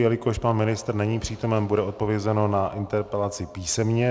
Jelikož pan ministr není přítomen, bude odpovězeno na interpelaci písemně.